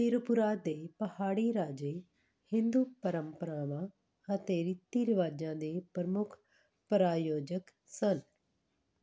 ਤ੍ਰਿਪੁਰਾ ਦੇ ਪਹਾੜੀ ਰਾਜੇ ਹਿੰਦੂ ਪਰੰਪਰਾਵਾਂ ਅਤੇ ਰੀਤੀ ਰਿਵਾਜ਼ਾਂ ਦੇ ਪ੍ਰਮੁੱਖ ਪ੍ਰਾਯੋਜਕ ਸਨ